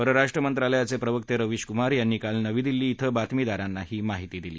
परराष्ट्र मंत्रालयाचे प्रवक्ते रविश कुमार यांनी काल नवी दिल्ली इथं बातमीदारांना ही माहिती दिली